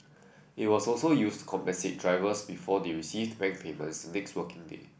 it was also used to compensate drivers before they received bank payments the next working day